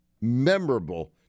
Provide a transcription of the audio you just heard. memorable